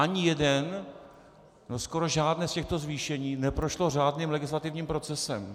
Ani jedno, skoro žádné z těchto zvýšení, neprošlo řádným legislativním procesem.